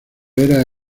era